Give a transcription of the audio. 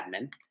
admin